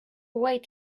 wait